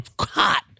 Hot